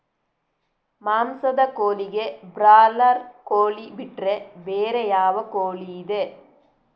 ಮಾಂಸದ ಕೋಳಿಗೆ ಬ್ರಾಲರ್ ಕೋಳಿ ಬಿಟ್ರೆ ಬೇರೆ ಯಾವ ಕೋಳಿಯಿದೆ?